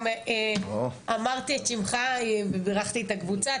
גם אמרתי את שמך ובירכתי את הקבוצה.